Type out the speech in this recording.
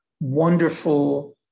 wonderful